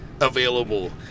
available